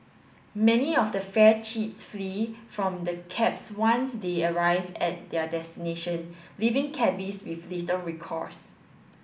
many of the fare cheats flee from the cabs once they arrive at their destination leaving cabbies with little recourse